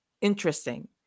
interesting